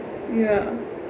ya